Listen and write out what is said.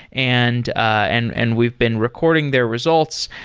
and and and we've been recording their results.